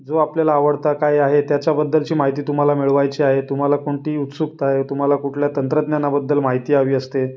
जो आपल्याला आवडता काय आहे त्याच्याबद्दलची माहिती तुम्हाला मिळवायची आहे तुम्हाला कोणती उत्सुकता आहे तुम्हाला कुठल्या तंत्रज्ञानाबद्दल माहिती हवी असते